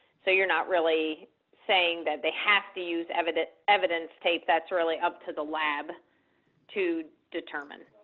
so you're not really saying that they have to use evidence evidence tape, that's really up to the lab to determine.